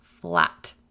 flat